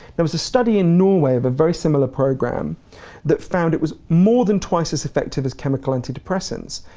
there was a study in norway of a very similar programme that found it was more than twice as effective as chemical antidepressants.